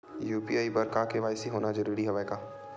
UPI बर KYC होना जरूरी हवय का?